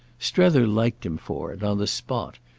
strether liked him for it, on the spot,